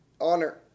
honor